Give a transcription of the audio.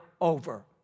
over